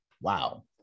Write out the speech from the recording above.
Wow